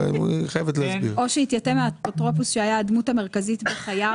"או שהתייתם מאפוטרופוס שהיה הדמות המרכזית בחייו".